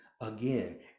again